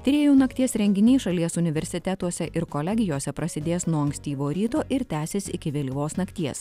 tyrėjų nakties renginiai šalies universitetuose ir kolegijose prasidės nuo ankstyvo ryto ir tęsis iki vėlyvos nakties